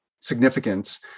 significance